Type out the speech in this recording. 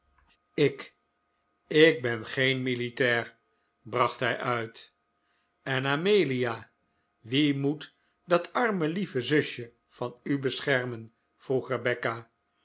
ik ik ben geen militair bracht hij uit en amelia wie moet dat arme lieve zusje van u beschermen vroeg rebecca